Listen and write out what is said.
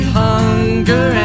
hunger